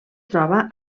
troba